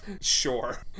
sure